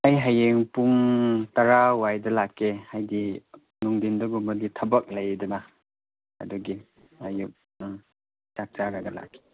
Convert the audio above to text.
ꯑꯩ ꯍꯌꯦꯡ ꯄꯨꯡ ꯇꯔꯥ ꯋꯥꯏꯗ ꯂꯥꯛꯀꯦ ꯍꯥꯏꯗꯤ ꯅꯨꯡꯊꯤꯟꯗꯒꯨꯝꯕꯗꯤ ꯊꯕꯛ ꯂꯩꯗꯅ ꯑꯗꯨꯒꯤ ꯍꯌꯦꯡ ꯑꯥ ꯆꯥꯛ ꯆꯥꯔꯒ ꯂꯥꯛꯀꯦ